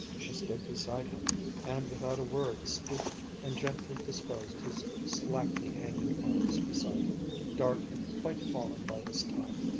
she stood beside him and, without a word, stooped and gently disposed his slackly hanging arms beside him. dark had quite fallen by this time.